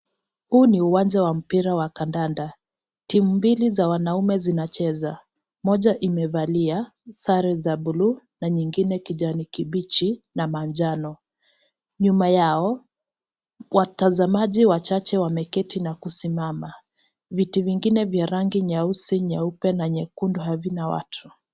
Huu ni uwanja wa mpira wa kandanda. Timu mbili za wanaume zinacheza. Moja imevalia sare za buluu na nyingine kijani kibichi na manjano. Nyuma yao, watazamaji wachache wameketi na kusimama. Viti vingine vya rangi nyeusi, nyeupe na nyekundu havina watu.